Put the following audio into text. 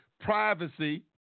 privacy